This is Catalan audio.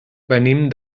venim